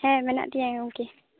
ᱦᱮᱸ ᱢᱮᱱᱟᱜ ᱛᱤᱧᱟᱹ ᱜᱚᱝᱠᱮ